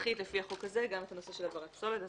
אזרחית לפי החוק הזה גם את הנושא של הבערת פסולת.